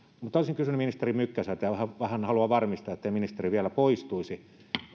mutta olisin kysynyt ministeri mykkäseltä ja vähän haluan varmistaa ettei ministeri vielä poistuisi